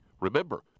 Remember